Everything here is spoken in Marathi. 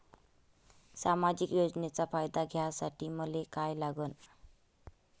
सामाजिक योजनेचा फायदा घ्यासाठी मले काय लागन?